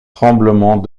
tremblement